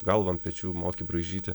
galvą ant pečių moki braižyti